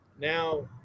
now